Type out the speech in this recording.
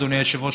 אדוני היושב-ראש,